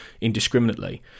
indiscriminately